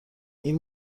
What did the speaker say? این